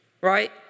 right